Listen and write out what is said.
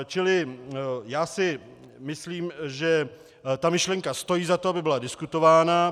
Čili já si myslím, že ta myšlenka stojí za to, aby byla diskutována.